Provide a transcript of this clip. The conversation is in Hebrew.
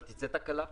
אבל תצא תקלה פה.